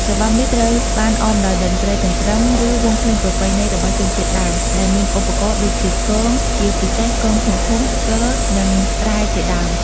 របាំនេះត្រូវបានអមដោយតន្ត្រីកន្ទ្រឹម ឬវង់ភ្លេងប្រពៃណីរបស់ជនជាតិដើម ដែលមានឧបករណ៍ដូចជា គង ជាពិសេសគងធំៗ ស្គរ និងត្រែជាដើម។